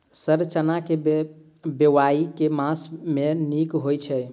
Sir चना केँ बोवाई केँ मास मे नीक होइ छैय?